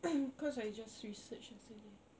cause I just researched yesterday